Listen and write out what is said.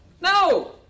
No